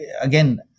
Again